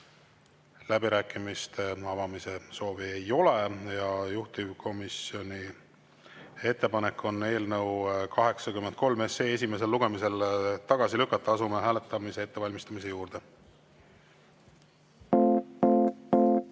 Läbirääkimiste avamise soovi ei ole. Juhtivkomisjoni ettepanek on eelnõu 83 esimesel lugemisel tagasi lükata. Asume hääletamise ettevalmistamise juurde.